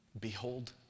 Behold